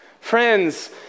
Friends